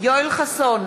יואל חסון,